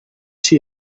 she